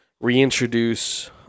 reintroduce